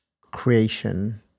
creation